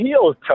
heels